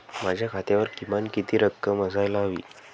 माझ्या खात्यावर किमान किती रक्कम असायला हवी?